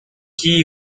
key